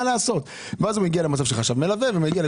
לעשות ואז הוא מגיע למצב של חשב מלווה ומגיע ל